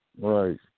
Right